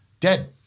Dead